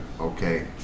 Okay